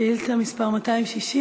שאילתה מס' 260: